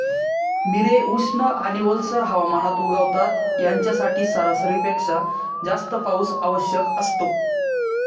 मिरे उष्ण आणि ओलसर हवामानात उगवतात, यांच्यासाठी सरासरीपेक्षा जास्त पाऊस आवश्यक असतो